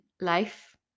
life